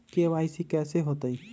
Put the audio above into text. KYC कैसे होतई?